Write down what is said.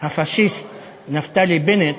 הפאשיסט נפתלי בנט,